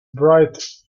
bright